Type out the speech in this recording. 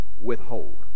withhold